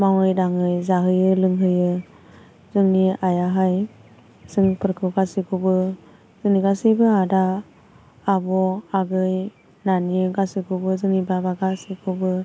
मावै दाङै जाहोयो लोंहोयो जोंनि आइआहाय जोंफोरखौ गासैखौबो जोंनि गासैबो आदा आब' आगै नानि गासैखौबो जोंनि बाबा गासैखौबो